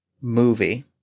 movie